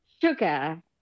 sugar